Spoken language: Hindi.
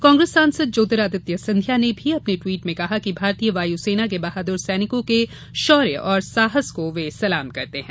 कांग्रेस सांसद ज्योतिरादित्य सिंधिया ने भी अपने ट्वीट में कहा कि भारतीय वायु सेना के बहादुर सैनिकों के शौर्य और साहस को वे सलाम करते हैं